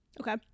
okay